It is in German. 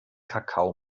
kakao